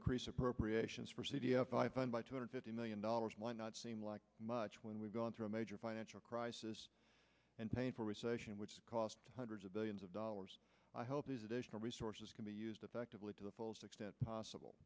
increase appropriations by two hundred fifty million dollars might not seem like much when we've gone through a major financial crisis and painful recession which cost hundreds of billions of dollars and resources can be used effectively to the fullest extent possible